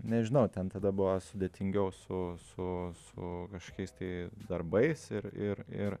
nežinau ten tada buvo sudėtingiau su su su kažkokiais tai darbais ir ir ir